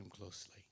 closely